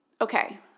Okay